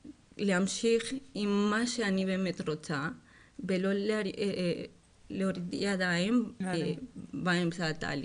להמשיך עם מה שאני באמת רוצה ולא להרים ידיים באמצע התהליך.